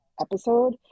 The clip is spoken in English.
episode